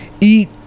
Eat